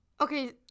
Okay